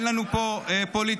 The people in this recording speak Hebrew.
אין לנו פה פוליטיקה.